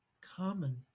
common